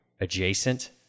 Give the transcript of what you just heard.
adjacent